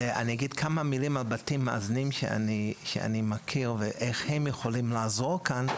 אני אגיד כמה מילים על בתים מאזנים שאני מכיר ואיך הם יכולים לעזור כאן,